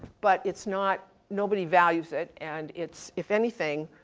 but it's not, nobody values it and it's, if anything,